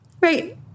Right